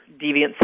deviant